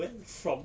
well from